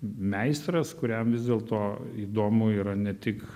meistras kuriam vis dėlto įdomu yra ne tik